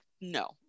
no